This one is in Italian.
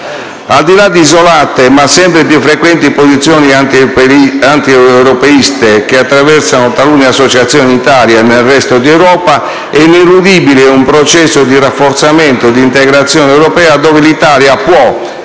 Al di là di isolate ma sempre più frequenti posizioni antieuropeiste che attraversano talune associazioni in Italia e nel resto d'Europa, è ineludibile un processo di rafforzamento e di integrazione europea, dove l'Italia può